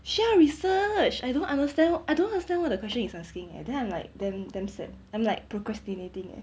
需要 research I don't understand I don't understand what the question is asking and then I'm like damn damn sad I'm like procrastinating eh